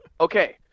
Okay